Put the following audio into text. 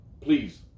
Please